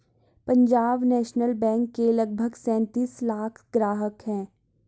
Punjab national bank के लगभग सैंतीस लाख ग्राहक हैं